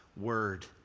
Word